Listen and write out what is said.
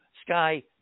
sky